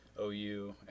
OU